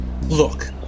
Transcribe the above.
Look